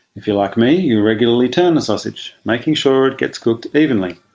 if you're like me you regularly turn the sausage, making sure it gets cooked evenly.